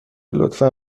لطفا